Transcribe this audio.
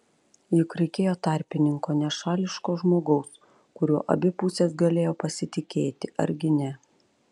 juk reikėjo tarpininko nešališko žmogaus kuriuo abi pusės galėjo pasitikėti argi ne